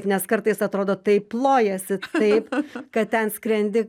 nes kartais atrodo taip plojiesi taip kad ten skrendi